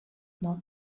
not